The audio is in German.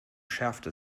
schärfte